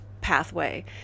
pathway